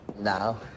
now